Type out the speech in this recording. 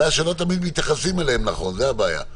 הבעיה שלא תמיד מתייחסים אליהם נכון, זאת הבעיה.